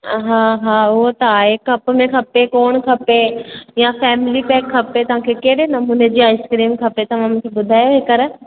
हा हा उहा त आहे कप में खपे कोण खपे या फ़ैमिली पैक खपे तांखे कहिड़े नमूने जी आइसक्रीम खपे तव्हां मूंखे ॿुधायो हेकर